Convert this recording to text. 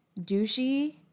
douchey